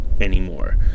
anymore